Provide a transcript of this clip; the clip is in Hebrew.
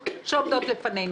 אז פתאום אתם נזכרים?